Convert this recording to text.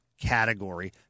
category